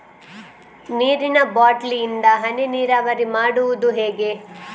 ನೀರಿನಾ ಬಾಟ್ಲಿ ಇಂದ ಹನಿ ನೀರಾವರಿ ಮಾಡುದು ಹೇಗೆ?